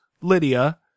lydia